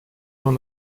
dans